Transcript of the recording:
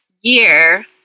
year